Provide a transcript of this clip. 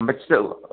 ओमफ्राय तिता